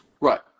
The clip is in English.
Right